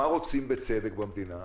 מה רוצים בצדק במדינה?